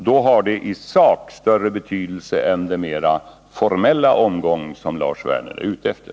Det har i sak större betydelse än den mera formella omgång som Lars Werner är ute efter.